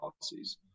policies